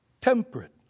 temperate